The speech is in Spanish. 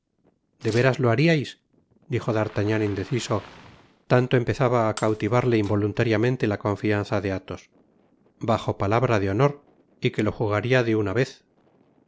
de veras lo hariais dijo d'artagnan indeciso tanto empezaba á cautivarle involuntariamente la confianza de athos bajo palabra de honor y que lo jugaria de una vez